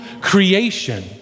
creation